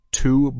two